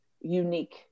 unique